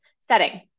setting